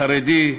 חרדי,